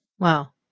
Wow